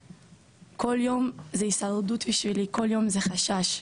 כל יום זה הישרדות בשבילי, כל יום זה חשש,